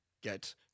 get